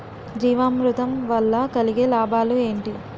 జీవామృతం వల్ల కలిగే లాభాలు ఏంటి?